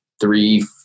three